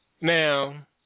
Now